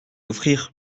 offrir